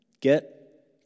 Get